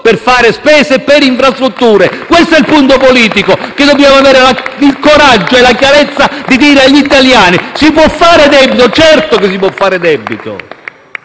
per fare spese per infrastrutture. *(Applausi dal Gruppo PD)*. Questo è il punto politico che dobbiamo avere il coraggio e la chiarezza di spiegare agli italiani. Si può fare debito? Certo che si può fare debito.